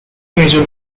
major